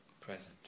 present